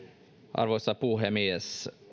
arvoisa puhemies